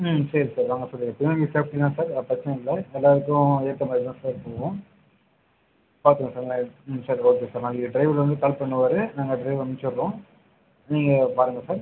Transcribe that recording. ம் சரி சார் வாங்க சார் எப்படியும் இங்கே சேஃப்டி தான் சார் பிரச்சின இல்லை எல்லாேருக்கும் ஏற்ற மாதிரி தான் போவோம் சார் பண்ணுவோம் பார்த்துக்கங்க சார் ம் சரி ஓகே சார் நாளைக்கு டிரைவர் வந்து கால் பண்ணுவார் நாங்கள் டிரைவர் அனுப்பிச்சுட்றோம் நீங்கள் பாருங்கள் சார்